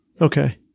Okay